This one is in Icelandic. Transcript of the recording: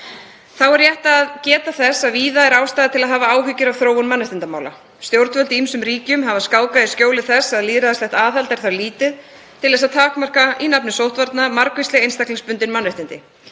Þá er rétt að geta þess að víða er ástæða til að hafa áhyggjur af þróun mannréttindamála. Stjórnvöld í ýmsum ríkjum hafa skákað í skjóli þess að lýðræðislegt aðhald er þar lítið til þess að takmarka í nafni sóttvarna margvísleg einstaklingsbundin mannréttindi.